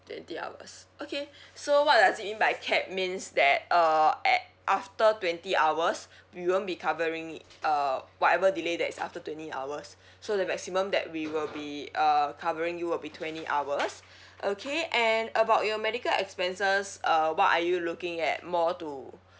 twenty hours okay so what does this by cap means that uh at after twenty hours we won't be covering it uh whatever delay that's after twenty hours so the maximum that we will be uh covering you will be twenty hours okay and about your medical expenses uh what are you looking at more to